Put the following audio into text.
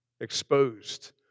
exposed